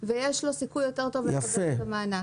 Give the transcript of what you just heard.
ויש לו סיכוי יותר טוב לקבל את המענק.